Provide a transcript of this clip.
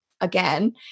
again